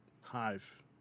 Hive